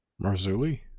Marzuli